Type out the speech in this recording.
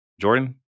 Jordan